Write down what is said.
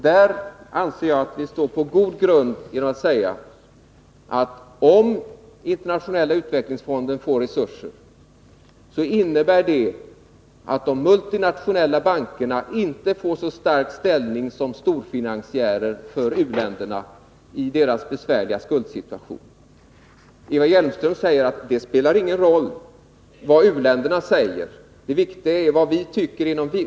Jag anser mig stå på god grund när jag säger, att om Internationella utvecklingsfonden får resurser, innebär det att de multinationella bankerna inte får så stark ställning som storfinansiärer för u-länderna i deras besvärliga skuldsituation. Eva Hjelmström anser att det inte spelar någon roll vad u-länderna säger, utan att det viktiga är vad vpk säger.